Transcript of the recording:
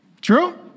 True